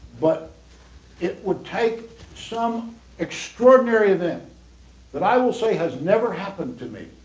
but it would take some extraordinary event that i will say has never happened to me.